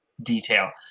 detail